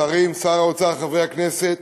שרים, שר האוצר, חברי הכנסת,